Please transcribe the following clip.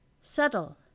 subtle